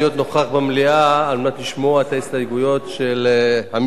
להיות נוכח במליאה על מנת לשמוע את ההסתייגויות של המסתייגים.